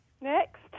next